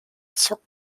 zockt